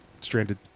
stranded